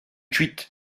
kuit